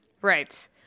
Right